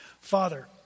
Father